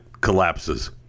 collapses